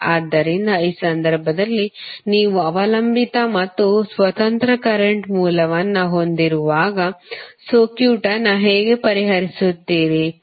ಆದ್ದರಿಂದ ಈ ಸಂದರ್ಭದಲ್ಲಿ ನೀವು ಅವಲಂಬಿತ ಮತ್ತು ಸ್ವತಂತ್ರ ಕರೆಂಟ್ ಮೂಲವನ್ನು ಹೊಂದಿರುವಾಗ ಸರ್ಕ್ಯೂಟ್ ಅನ್ನು ಹೇಗೆ ಪರಿಹರಿಸುತ್ತೀರಿ